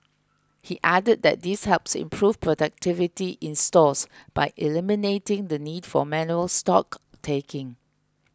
he added that this helps improve productivity in stores by eliminating the need for manual stock taking